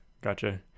gotcha